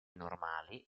normali